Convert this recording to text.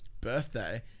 birthday